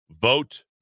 Vote